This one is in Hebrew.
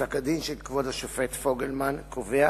פסק-הדין של כבוד השופט פוגלמן קובע